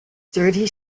dirty